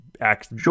acts